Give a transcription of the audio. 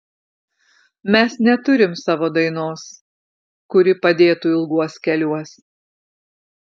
mes neturim savo dainos kuri padėtų ilguos keliuos